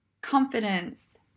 confidence